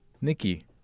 Nikki